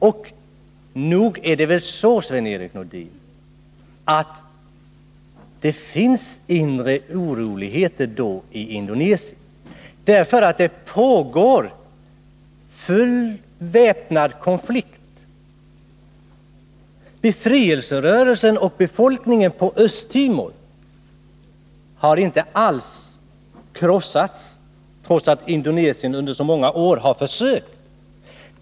Och nog förekommer det i så fall inre oroligheter i Indonesien, Sven-Erik Nordin, eftersom där pågår full väpnad konflikt. Befrielserörelsen och befolkningen på Östtimor har inte alls krossats, trots att Indonesien under så många år har försökt.